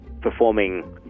performing